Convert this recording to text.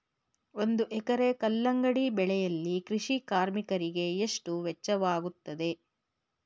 ಒಂದು ಎಕರೆ ಕಲ್ಲಂಗಡಿ ಬೆಳೆಯಲು ಕೃಷಿ ಕಾರ್ಮಿಕರಿಗೆ ಎಷ್ಟು ವೆಚ್ಚವಾಗುತ್ತದೆ?